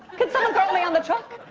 can someone throw me on the truck?